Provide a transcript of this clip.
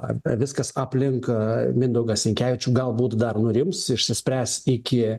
apie viskas aplink mindaugą sinkevičių galbūt dar nurims išsispręs iki